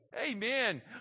Amen